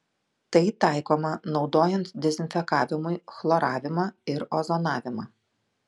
tai taikoma naudojant dezinfekavimui chloravimą ir ozonavimą